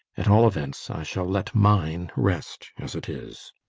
at all events, i shall let mine rest as it is.